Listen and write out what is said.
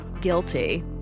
guilty